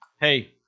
hey